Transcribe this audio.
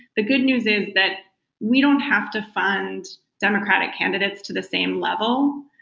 the good news is that we don't have to fund democratic candidates to the same level,